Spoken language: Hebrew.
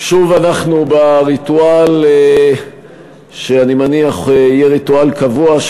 שוב אנחנו בריטואל שאני מניח שיהיה ריטואל קבוע,